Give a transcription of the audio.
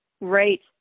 Right